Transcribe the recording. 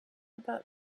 about